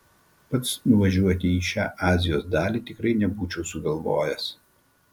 pats nuvažiuoti į šią azijos dalį tikrai nebūčiau sugalvojęs